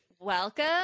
Welcome